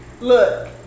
look